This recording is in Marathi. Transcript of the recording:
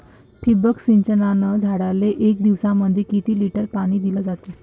ठिबक सिंचनानं झाडाले एक दिवसामंदी किती लिटर पाणी दिलं जातं?